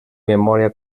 memòria